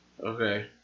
okay